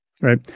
right